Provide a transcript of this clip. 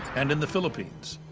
and in the philippines.